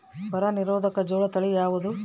ಬರ ನಿರೋಧಕ ಜೋಳ ತಳಿ ಯಾವುದು?